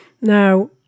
Now